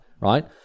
right